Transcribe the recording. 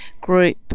group